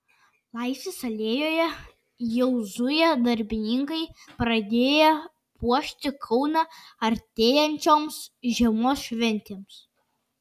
laisvės alėjoje jau zuja darbininkai pradėję puošti kauną artėjančioms žiemos šventėms